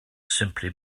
simply